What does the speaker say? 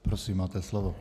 Prosím, máte slovo.